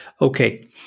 Okay